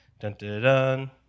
Dun-dun-dun